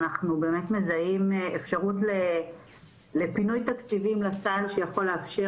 אנחנו באמת מזהים אפשרות לפינוי תקציבים לסל שיכול לאפשר